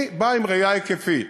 אני בא עם ראייה היקפית.